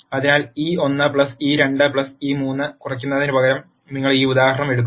അതിനാൽ e1 e2 e3 കുറയ്ക്കുന്നതിനുപകരം നിങ്ങൾ ഈ ഉദാഹരണം എടുക്കുന്നു